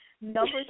number